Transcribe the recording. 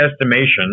estimation